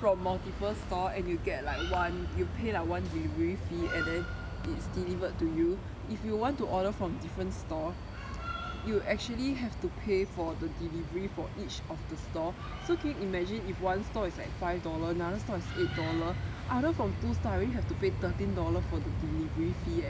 from multiple store and you get like one you pay like one delivery fee and then it's delivered to you if you want to order from different store you actually have to pay for the delivery for each of the store so can you imagine if one store is like five dollar another store is eight dollar order from two store already have to pay thirteen dollar for the delivery fee eh